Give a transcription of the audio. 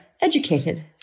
educated